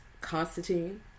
Constantine